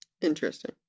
Interesting